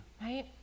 Right